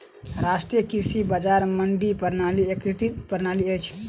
राष्ट्रीय कृषि बजार मंडी प्रणालीक एकीकृत प्रणाली अछि